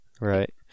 right